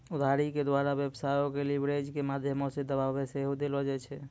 उधारी के द्वारा व्यवसायो के लीवरेज के माध्यमो से बढ़ाबा सेहो देलो जाय छै